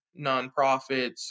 nonprofits